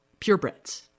purebreds